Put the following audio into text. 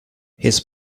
his